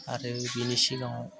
आरो बेनि सिगाङाव